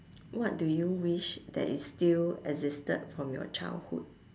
what do you wish that is still existed from your childhood